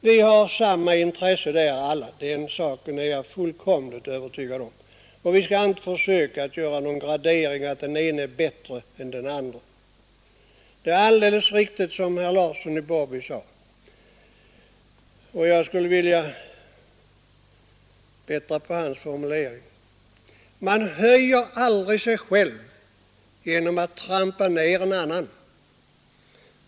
Vi har alla samma intresse för dem, det är jag fullkomligt övertygad om. Vi skall inte försöka göra några graderingar och säga att den ene är bättre än den andre — det är alldeles riktigt som herr Larsson i Borrby sade. Jag skulle vilja bättra på hans formulering och säga: Man höjer aldrig sig själv genom att trampa ned en annan.